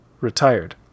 retired